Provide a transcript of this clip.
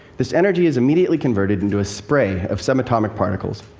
this energy is immediately converted into a spray of subatomic particles,